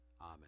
Amen